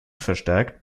verstärkt